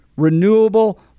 renewable